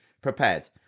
prepared